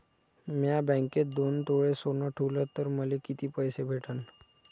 म्या बँकेत दोन तोळे सोनं ठुलं तर मले किती पैसे भेटन